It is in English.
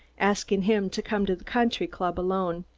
asking him to come to the country-club alone.